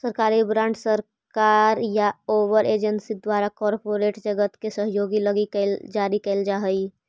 सरकारी बॉन्ड सरकार या ओकर एजेंसी द्वारा कॉरपोरेट जगत के सहयोग लगी जारी कैल जा हई